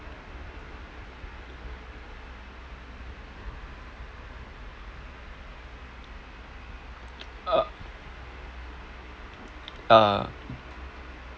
uh